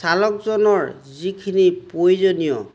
চালকজনৰ যিখিনি প্ৰয়োজনীয়